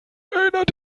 erinnert